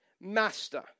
Master